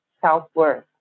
self-worth